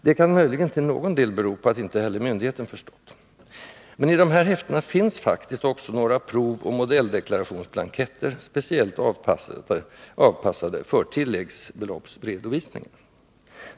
Det kan möjligen till någon del bero på att inte heller myndigheten förstått. Men i de där häftena finns faktiskt också några provoch modelldeklarationsblanketter, speciellt avpassade för redovisningen av tilläggsbelopp.